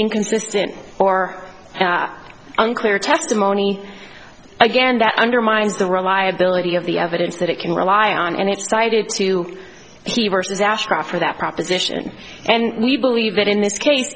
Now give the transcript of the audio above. inconsistent or unclear testimony again that undermines the reliability of the evidence that it can rely on and it's cited to see versus ashcroft for that proposition and we believe that in this case